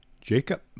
Jacob